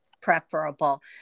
preferable